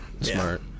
Smart